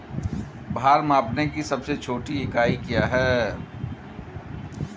भार मापने की सबसे छोटी इकाई क्या है?